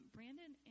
Brandon